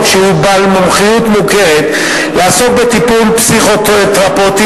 שהוא בעל מומחיות מוכרת לעסוק בטיפול פסיכותרפויטי,